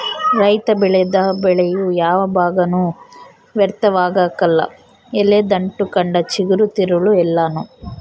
ರೈತ ಬೆಳೆದ ಬೆಳೆಯ ಯಾವ ಭಾಗನೂ ವ್ಯರ್ಥವಾಗಕಲ್ಲ ಎಲೆ ದಂಟು ಕಂಡ ಚಿಗುರು ತಿರುಳು ಎಲ್ಲಾನೂ